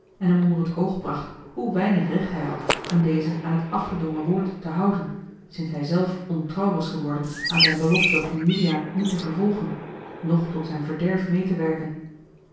en hem onder het oog bracht hoe weinig recht hij had om deze aan het afgedwongen woord te houden sinds hij zelf ontrouw was geworden aan zijne belofte om juliaan niet te vervolgen noch tot zijn verderf meê te werken